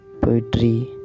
poetry